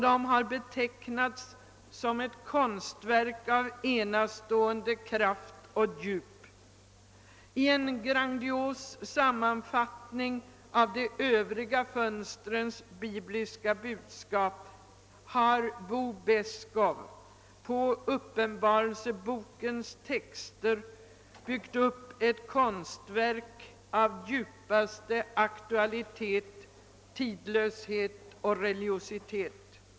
Det har betecknats som ett konstverk av enastående kraft och djup. I en grandios sammanfattning av de övriga fönstrens bibliska budskap har Bo Beskow på Uppenbarelsebokens texter byggt upp ett konstverk av djupaste aktualitet, tidlöshet och religiositet.